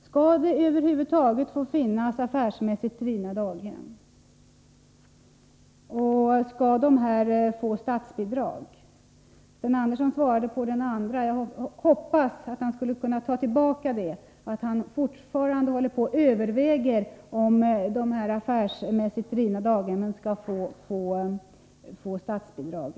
Skall det över huvud taget få finnas affärsmässigt drivna daghem? Skall sådana daghem få statsbidrag? Sten Andersson var visserligen inne på min andra fråga, men jag hoppas att han kan ta tillbaka det han sade om att han fortfarande överväger frågan om huruvida de affärsmässigt drivna daghemmen skall få statsbidrag.